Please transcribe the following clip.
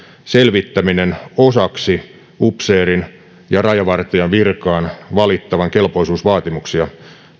selvittäminen osaksi upseerin ja rajavartijan virkaan valittavan kelpoisuusvaatimuksia